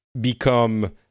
become